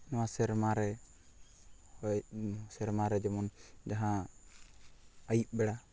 ᱱᱚᱣᱟ ᱥᱮᱨᱢᱟᱨᱮ ᱥᱮᱨᱢᱟ ᱨᱮ ᱡᱮᱢᱚᱱ ᱡᱟᱦᱟᱸ ᱟᱹᱭᱩᱵᱽ ᱵᱮᱲᱟ